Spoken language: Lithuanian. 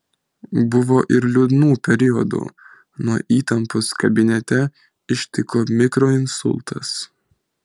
buvo ir liūdnų periodų nuo įtampos kabinete ištiko mikroinsultas